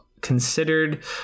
considered